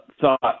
thought